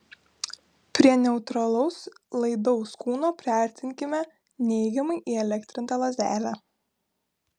prie neutralaus laidaus kūno priartinkime neigiamai įelektrintą lazdelę